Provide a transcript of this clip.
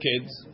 kids